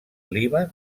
líban